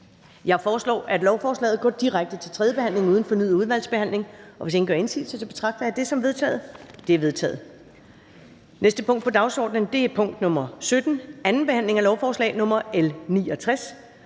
Jeg foreslår, at lovforslaget går direkte til tredje behandling uden fornyet udvalgsbehandling, og hvis ingen gør indsigelse, betragter jeg dette som vedtaget. Det er vedtaget. --- Det næste punkt på dagsordenen er: 22) 2. behandling af lovforslag nr.